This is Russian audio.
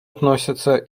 относится